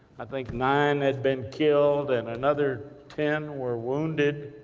i think nine had been killed, and another ten were wounded.